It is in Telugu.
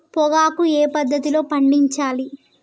పొగాకు ఏ పద్ధతిలో పండించాలి?